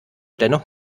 dennoch